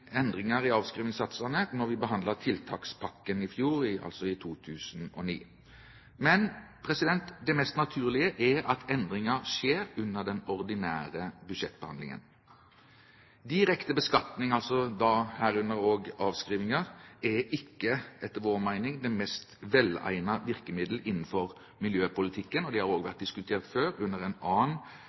endringer i avskrivningssatsene da vi behandlet tiltakspakken i fjor, altså i 2009. Men det mest naturlige er at endringer skjer under den ordinære budsjettbehandlingen. Direkte beskatning, herunder også avskrivninger, er etter vår mening ikke det mest velegnede virkemiddel innenfor miljøpolitikken. Det har også vært diskutert før, under en annen